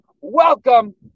welcome